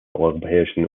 europäischen